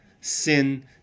sin